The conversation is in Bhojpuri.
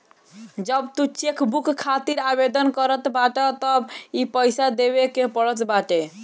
जब तू चेकबुक खातिर आवेदन करत बाटअ तबे इ पईसा देवे के पड़त बाटे